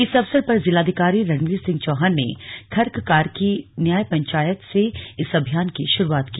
इस अवसर पर जिलाधिकारी रणवीर सिंह चौहान ने खर्ककार्की न्याय पंचायत से इस अभियान की शुरूआत की